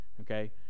Okay